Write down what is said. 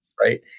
right